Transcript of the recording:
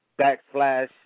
backslash